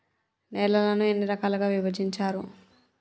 నేలలను ఎన్ని రకాలుగా విభజించారు?